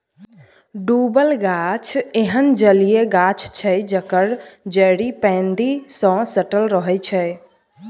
डुबल गाछ एहन जलीय गाछ छै जकर जड़ि पैंदी सँ सटल रहै छै